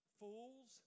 fools